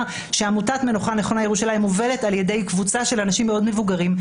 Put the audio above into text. עמותת מנוחה נכונה ירושלים מובלת על ידי קבוצת אנשים מאוד מבוגרים,